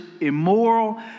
immoral